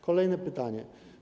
Kolejne pytanie.